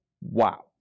Wow